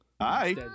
Hi